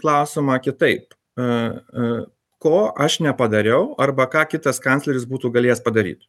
klausimą kitaip a a ko aš nepadariau arba ką kitas kancleris būtų galėjęs padaryt